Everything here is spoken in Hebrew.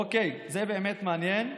אוקיי, זה באמת מעניין,